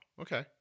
Okay